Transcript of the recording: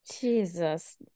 Jesus